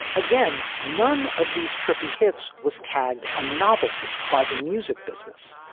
again, none of these trippy hits was tagged a novelty by the music business.